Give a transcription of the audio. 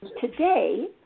Today